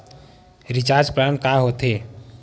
Recharge plan का होथे?